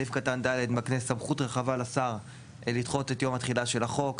סעיף קטן ד' מקנה סמכות רחבה לשר לדחות את יום התחילה של החוק,